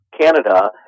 Canada